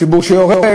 ציבור שיורק,